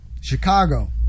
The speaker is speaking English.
Chicago